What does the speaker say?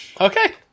Okay